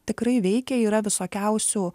tikrai veikia yra visokiausių